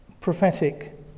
prophetic